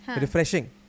refreshing